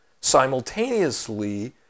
simultaneously